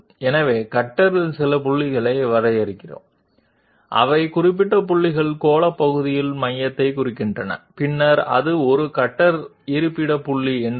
కాబట్టి మేము కట్టర్పై నిర్దిష్ట బిందువులను నిర్వచించాము అవి స్పెరికల్ పోర్షన్ యొక్క కేంద్రం అని చెప్పవచ్చు మరియు అప్పుడు మేము అది కట్టర్ లొకేషన్ పాయింట్ అని చెప్తాము ఇది కట్టర్ను ఖచ్చితంగా స్పేస్లో గుర్తిస్తుంది